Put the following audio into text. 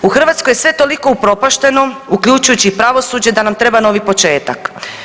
U Hrvatskoj je sve toliko upropašteno uključujući i pravosuđe da nam treba novi početak.